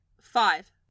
five